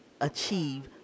achieve